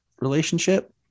relationship